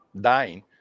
dying